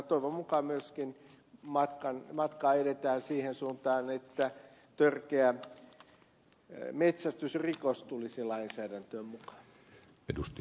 toivon mukaan myöskin matkaa edetään siihen suuntaan että törkeä metsästysrikos tulisi lainsäädäntöön mukaan